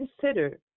consider